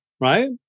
Right